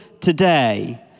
today